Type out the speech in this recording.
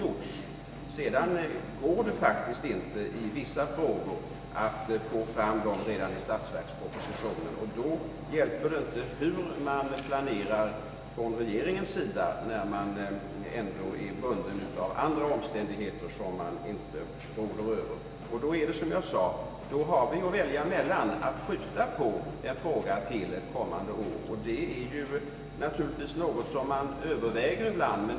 Men vissa ärenden går det faktiskt inte att få fram redan i statsverkspropositionen, och då hjälper det inte hur regeringen än planerar — man är bunden av omständigheter som man inte råder över. Då blir det som jag nämnde: Vi har att välja mellan att framlägga förslag sent eller att skjuta på frågan till ett kommande år, och det är ju naturligtvis någonting som man överväger ibland.